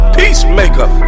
peacemaker